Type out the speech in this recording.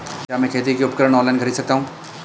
क्या मैं खेती के उपकरण ऑनलाइन खरीद सकता हूँ?